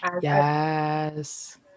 yes